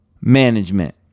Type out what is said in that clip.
management